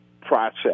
process